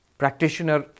practitioner